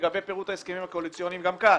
לגבי פירוט ההסכמים הקואליציוניים גם כאן